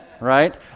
right